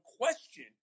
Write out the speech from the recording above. question